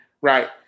right